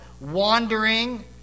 wandering